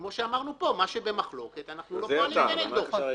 כמו שאמרנו פה מה שבמחלוקת אנחנו לא פועלים נגדו.